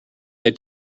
they